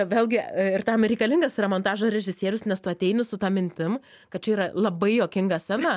vėlgi ir tam reikalingas yra montažo režisierius nes tu ateini su ta mintim kad čia yra labai juokinga scena